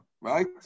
right